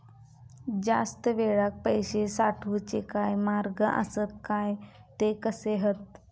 जास्त वेळाक पैशे साठवूचे काय मार्ग आसत काय ते कसे हत?